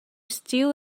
steal